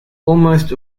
almost